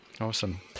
Awesome